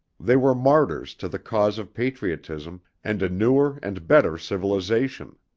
they were martyrs to the cause of patriotism and a newer and better civilization.